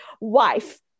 wife